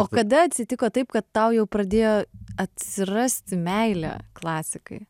o kada atsitiko taip kad tau jau pradėjo atsirasti meilė klasikai